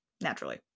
naturally